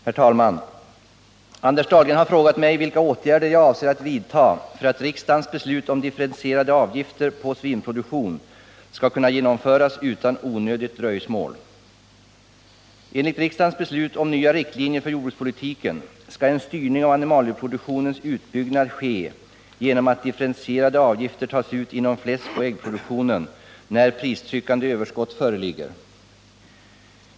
Herr talman! Anders Dahlgren har frågat mig vilka åtgärder jag avser att vidta för att riksdagens beslut om differentierade avgifter på svinproduktion skall kunna genomföras utan onödigt dröjsmål. Enligt riksdagens beslut om nya riktlinjer för jordbrukspolitiken skall en styrning av animalieproduktionens utbyggnad ske genom att differentierade avgifter tas ut inom fläskoch äggproduktionen när pristryckande överskott föreligger.